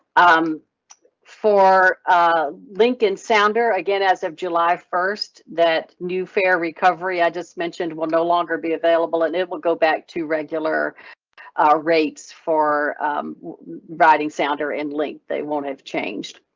um for a link and sounder again as of july, first that new fare recovery i just mentioned will no longer be available and it will go back to regular rates for riding sounder and link. they won't have changed.